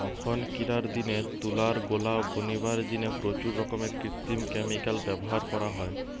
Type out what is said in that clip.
অখনকিরার দিনে তুলার গোলা বনিবার জিনে প্রচুর রকমের কৃত্রিম ক্যামিকাল ব্যভার করা হয়